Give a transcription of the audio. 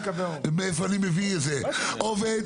עובד